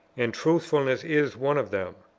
and truthfulness is one of them.